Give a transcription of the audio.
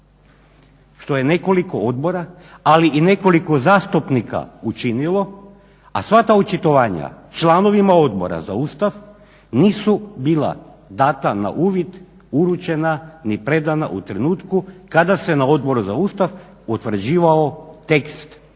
što je nekoliko odbora, ali i nekoliko zastupnika učinilo, a sva ta očitovanja članovima Odbora za Ustav nisu bila dana na uvid, uručena ni predana u trenutku kada se na Odboru za Ustav utvrđivao tekst odluke